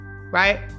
right